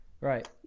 Right